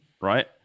right